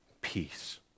peace